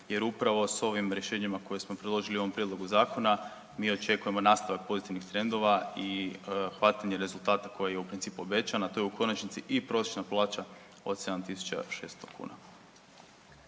jer upravo s ovim rješenjima koje smo priložili ovom prijedlogu zakona mi očekujemo nastavak pozitivnih trendova i hvatanje rezultata koji je u principu obećan, a to je u konačnici i prosječna plaća od 7.600 kuna.